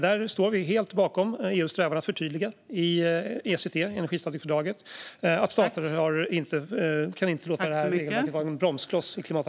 Där står vi helt bakom EU:s strävan att förtydliga i ECT, energistadgefördraget, att stater inte kan låta detta vara en bromskloss i klimatarbetet.